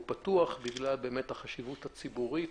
יש לכך חשיבות ציבורית